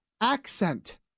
accent